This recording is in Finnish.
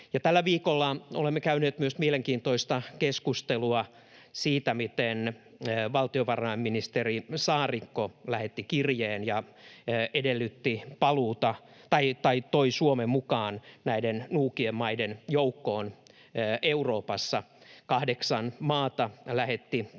Tällä viikolla olemme käyneet mielenkiintoista keskustelua myös siitä, miten valtiovarainministeri Saarikko lähetti kirjeen ja toi Suomen mukaan näiden nuukien maiden joukkoon Euroopassa. Kahdeksan maata lähetti kirjeen,